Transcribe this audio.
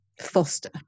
foster